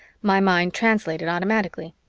my mind translated automatically.